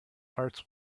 hearts